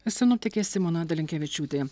sinoptikė simona dalinkevičiūtė